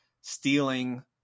stealing